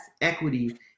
equity